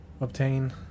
obtain